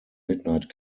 midnight